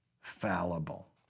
fallible